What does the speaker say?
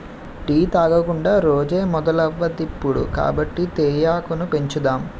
tea తాగకుండా రోజే మొదలవదిప్పుడు కాబట్టి తేయాకును పెంచుదాం